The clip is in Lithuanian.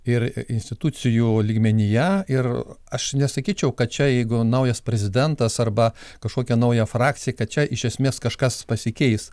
ir institucijų lygmenyje ir aš nesakyčiau kad čia jeigu naujas prezidentas arba kažkokia nauja frakcija kad čia iš esmės kažkas pasikeis